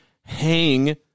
hang